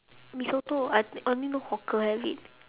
mee soto I only know hawker have it